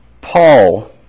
Paul